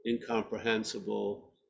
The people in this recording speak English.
incomprehensible